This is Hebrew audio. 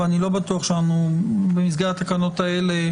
ואני לא בטוח שבמסגרת התקנות האלה